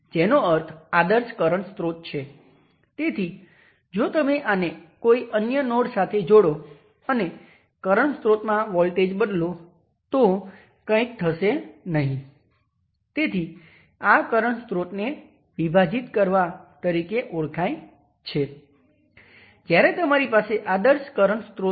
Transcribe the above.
જાણી જોઈને I 2 case જ્યાં Vth નેગેટિવ થાય છે તે જુઓ